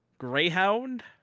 Greyhound